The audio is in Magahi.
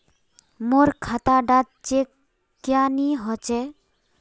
मोर खाता डा चेक क्यानी होचए?